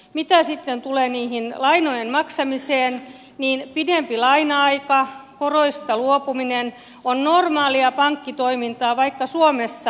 mitä sitten tulee lainojen maksamiseen niin pidempi laina aika koroista luopuminen on normaalia pankkitoimintaa vaikka suomessa